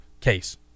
case